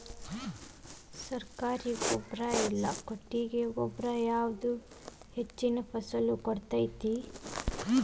ಸರ್ಕಾರಿ ಗೊಬ್ಬರ ಇಲ್ಲಾ ಕೊಟ್ಟಿಗೆ ಗೊಬ್ಬರ ಯಾವುದು ಹೆಚ್ಚಿನ ಫಸಲ್ ಕೊಡತೈತಿ?